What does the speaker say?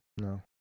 No